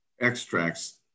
extracts